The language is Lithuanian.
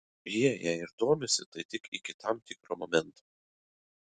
jie jei ir domisi tai tik iki tam tikro momento